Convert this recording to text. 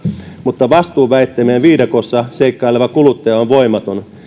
mutta vastuuväittämien viidakossa seikkaileva kuluttaja on voimaton